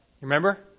Remember